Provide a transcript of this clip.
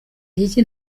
igiki